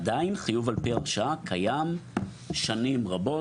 עדיין חיוב על פי הרשאה קיים שנים רבות